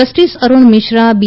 justice Arun Mishra બી